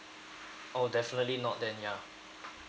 oh definitely not then ya